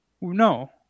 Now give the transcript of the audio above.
No